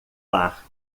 lar